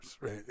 right